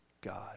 God